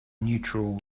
neutral